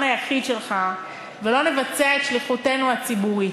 היחיד שלך ולא נבצע את שליחותנו הציבורית.